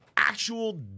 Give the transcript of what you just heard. Actual